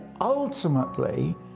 ultimately